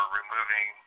removing